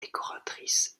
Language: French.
décoratrice